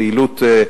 פעילות,